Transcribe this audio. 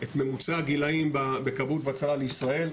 ממוצע הגילאים בכבאות והצלה לישראל,